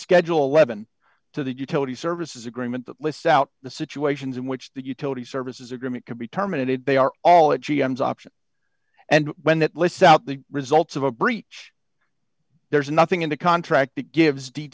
schedule eleven to the utility services agreement that lists out the situations in which the utility services agreement can be terminated they are all it is option and when that lists out the results of a breach there's nothing in the contract that gives d